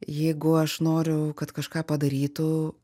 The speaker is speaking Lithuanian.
jeigu aš noriu kad kažką padarytų